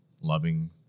loving